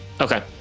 Okay